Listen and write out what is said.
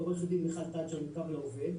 עורכת הדין מיכל תג'ר מ"קו לעובד",